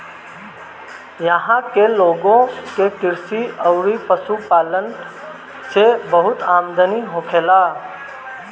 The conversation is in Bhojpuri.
इहां के लोग के कृषि अउरी पशुपालन से बहुते आमदनी होखेला